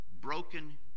broken